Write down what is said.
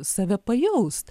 save pajaust